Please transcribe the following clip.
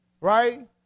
right